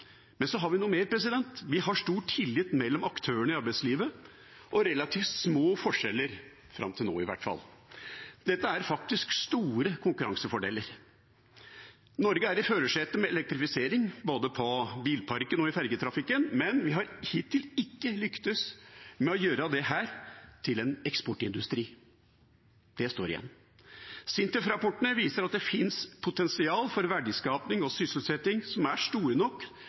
vi har noe mer. Vi har stor tillit mellom aktørene i arbeidslivet og relativt små forskjeller, fram til nå i hvert fall. Dette er faktisk store konkurransefordeler. Norge er i førersetet med elektrifisering, både på bilparken og i fergetrafikken, men vi har hittil ikke lyktes med å gjøre dette til en eksportindustri. Det står igjen. SINTEF-rapportene viser at det finnes potensial for verdiskaping og sysselsetting som er store nok